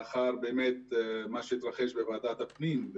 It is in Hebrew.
לאחר מה שהתרחש בוועדת הפנים,